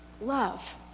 love